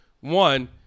One